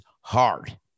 hard